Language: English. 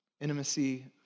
intimacy